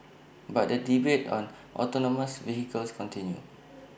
but the debate on autonomous vehicles continue